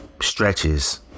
stretches